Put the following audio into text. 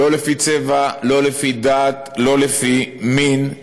לא לפי צבע, לא לפי דת, לא לפי מין.